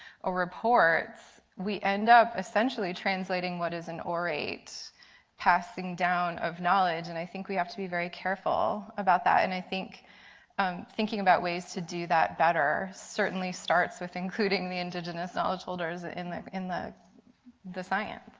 or reports, we end up essentially translating what is and orate passing down of knowledge and i think we have to be very careful about that. and i think thinking about ways to do that better, certainly starts with including the indigenous knowledge holders in like in the the science.